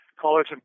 College